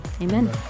amen